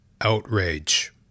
outrage